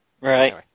Right